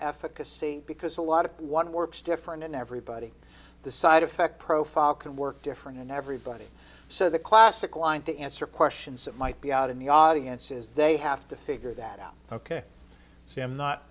efficacy because a lot of what works different in everybody the side effect profile can work different and everybody so the classic line to answer questions that might be out in the audience is they have to figure that out ok so i'm not